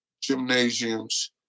gymnasiums